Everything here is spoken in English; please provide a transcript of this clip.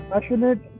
passionate